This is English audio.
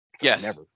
Yes